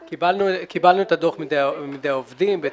קיבלנו את הדוח שהעביר בודק הבטיחות מטעם ועד העובדים.